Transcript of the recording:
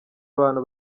abantu